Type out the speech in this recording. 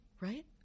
right